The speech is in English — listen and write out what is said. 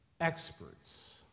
experts